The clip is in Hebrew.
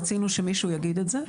רצינו שמישהו יגיד את זה.